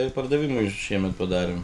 ir pardavimui šiemet padarėm